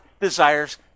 desires